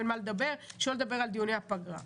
שלא לדבר על דיוני הפגרה.